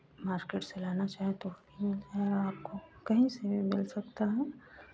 market से लाना चाहे तो भी मिल जाएगा आपको कहीं से भी मिल सकता है